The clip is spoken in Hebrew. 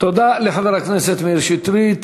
תודה לחבר הכנסת מאיר שטרית.